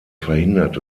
verhindert